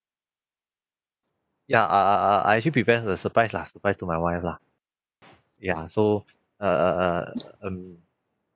ya uh uh uh I actually prepare a surprise lah surprise to my wife lah ya so uh uh um